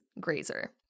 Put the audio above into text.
Grazer